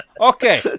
Okay